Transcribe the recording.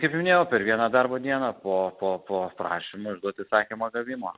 kaip minėjau per vieną darbo dieną po po po prašymo išduot įsakymą gavimo